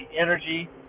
energy